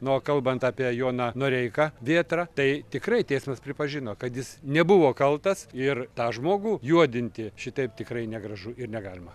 na o kalbant apie joną noreiką vėtrą tai tikrai teismas pripažino kad jis nebuvo kaltas ir tą žmogų juodinti šitaip tikrai negražu ir negalima